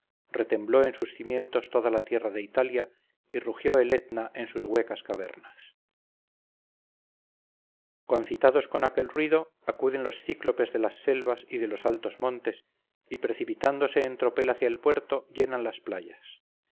retembló en sus cimientos toda la tierra de italia y rugió el etna en sus huecas cavernas concitados por aquel ruido acuden los cíclopes de las selvas y de los altos montes y precipitándose en tropel hacia el puerto llenan las playas